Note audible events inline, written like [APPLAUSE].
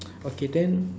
[NOISE] okay then